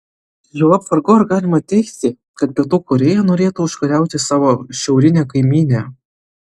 juolab vargu ar galima teigti kad pietų korėja norėtų užkariauti savo šiaurinę kaimynę